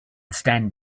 stand